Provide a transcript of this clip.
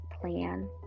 plan